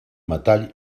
metall